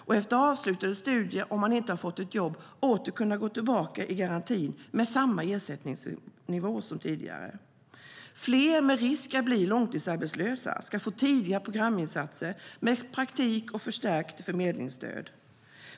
Om man inte fått ett jobb efter avslutade studier ska man kunna gå tillbaka i garantin med samma ersättningsnivå som tidigare. Fler med risk att bli långtidsarbetslösa ska få tidiga programinsatser med praktik och förstärkt förmedlingsstöd.